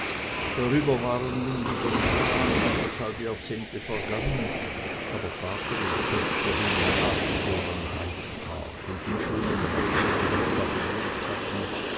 darüber waren nun wieder nah an anderthalb jahrzehnte vergangen aber vater und töchter hingen nach wie vor an hyde park und dem schönen hause das sie da bewohnt hatten